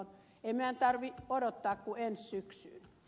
ei meidän tarvitse odottaa kuin ensi syksyyn